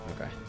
Okay